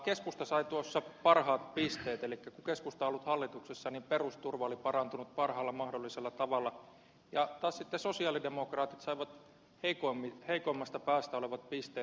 keskusta sai tuossa parhaat pisteet elikkä kun keskusta on ollut hallituksessa perusturva on parantunut parhaalla mahdollisella tavalla ja taas sitten sosialidemokraatit saivat heikoimmasta päästä olevat pisteet